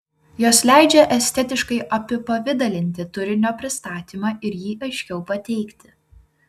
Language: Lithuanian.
jos leidžia estetiškai apipavidalinti turinio pristatymą ir jį aiškiau pateikti